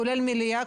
כולל מליאה,